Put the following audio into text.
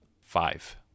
Five